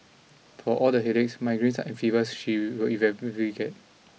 for all the headaches migraines and fevers she will inevitably get